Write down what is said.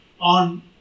on